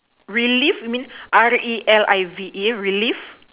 relive means R_E_L_I_V_E relive